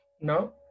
No